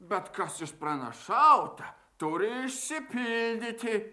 bet kas išpranašauta turi išsipildyti